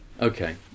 Okay